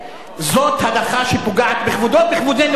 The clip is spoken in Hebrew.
זאת הדחה שפוגעת בכבודו, ובכבודנו כולנו.